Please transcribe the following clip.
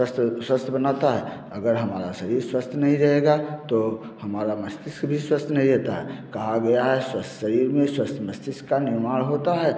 स्वस्थ स्वस्थ बनाता है अगर हमारा शरीर स्वस्थ नहीं रहेगा तो हमारा मस्तिष्क भी स्वस्थ नहीं रहता है कहा गया है स्वस्थ शरीर में स्वस्थ मस्तिष्क का निर्माण होता है